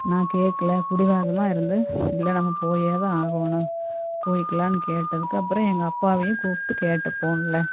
நான் கேக்கலை பிடிவாதமா இருந்து இல்லை நம்ம போயேதான் ஆகணும் போய்க்கலான்னு கேட்டதுக்கு அப்புறம் எங்கள் அப்பாவையும் கூப்பிட்டு கேட்டேன் போன்ல